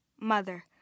mother